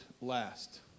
last